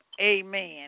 Amen